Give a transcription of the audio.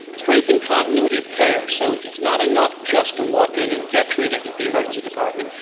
strength and continuity of care, so it's not enough just to walk in and get treated at the emergency department,